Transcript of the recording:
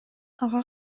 ага